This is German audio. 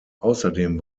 außerdem